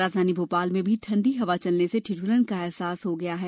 राजधानी भोपाल में भी ठंडी हवा चलने से ठिठुरन का अहसास हो रहा है